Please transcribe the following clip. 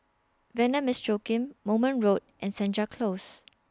Vanda Miss Joaquim Moulmein Road and Senja Close